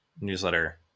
newsletter